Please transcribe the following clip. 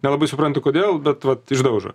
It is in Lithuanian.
nelabai suprantu kodėl bet vat išdaužo